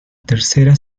tercera